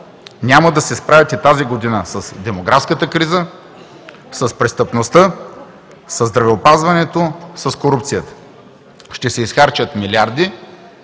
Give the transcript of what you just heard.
няма да се справите тази година с демографската криза, с престъпността, със здравеопазването, с корупцията. Ще се изхарчат милиарди,